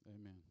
Amen